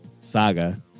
Saga